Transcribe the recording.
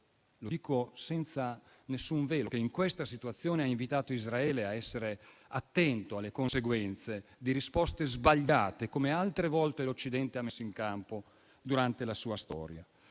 americano Biden, che, in questa situazione, ha invitato Israele a essere attenta alle conseguenze di risposte sbagliate, come altre volte l'Occidente ha messo in campo durante la sua storia.